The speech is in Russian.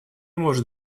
может